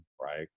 right